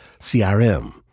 CRM